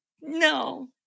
No